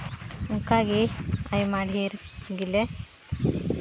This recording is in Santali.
ᱚᱱᱠᱟᱜᱮ ᱟᱭᱢᱟ ᱰᱷᱮᱨ ᱜᱮᱞᱮ